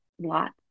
Lots